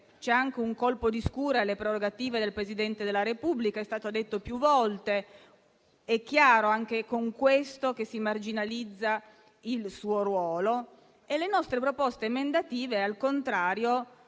c'è anche un colpo di scure alle prerogative del Presidente della Repubblica, com'è stato detto più volte; è chiaro anche da ciò che si marginalizza il suo ruolo. Le nostre proposte emendative, al contrario,